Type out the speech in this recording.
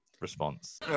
response